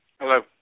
Hello